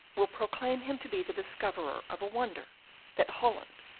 will proclaim him to be the discoverer of a wonder that holland,